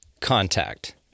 contact